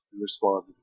respond